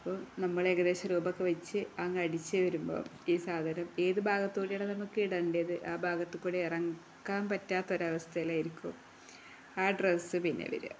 അപ്പം നമ്മള് ഏകദേശം രൂപമൊക്കെ വെച്ച് അങ്ങടിച്ചുവരുമ്പോള് ഈ സാധനം ഏത് ഭാഗത്തുകൂടെയാണ് നമുക്കിടേണ്ടത് ആ ഭാഗത്തുകൂടെ ഇറക്കാൻ പറ്റാത്തൊരു അവസ്ഥയിലായിരിക്കും ആ ഡ്രസ്സ് പിന്നെ വരിക